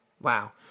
wow